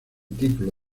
título